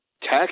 tax